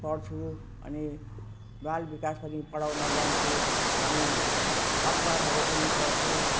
पढ्छु अनि बाल विकास पनि पढाउन जान्छु अनि अखबारहरू पनि पढ्छु